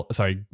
Sorry